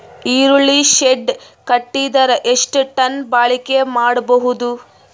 ಈರುಳ್ಳಿ ಶೆಡ್ ಕಟ್ಟಿದರ ಎಷ್ಟು ಟನ್ ಬಾಳಿಕೆ ಮಾಡಬಹುದು?